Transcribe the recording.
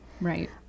right